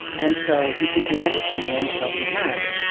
and so he could do anything, and so he has.